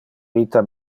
vita